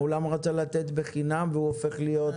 האולם רצה לתת בחינם, והוא הופך להיות ---.